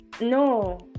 no